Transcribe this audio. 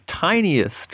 tiniest